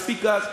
מספיק גז.